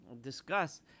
discuss